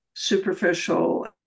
Superficial